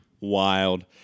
Wild